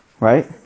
Right